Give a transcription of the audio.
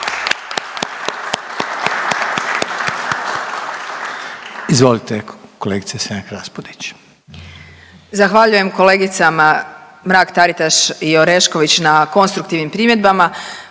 Izvolite kolegice Selak Raspudić.